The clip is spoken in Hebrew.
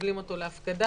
מקבלים אותו להפקדה,